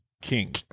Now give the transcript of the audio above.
King